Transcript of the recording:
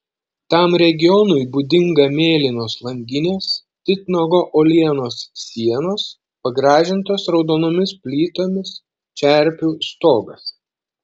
tam regionui būdinga mėlynos langinės titnago uolienos sienos pagražintos raudonomis plytomis čerpių stogas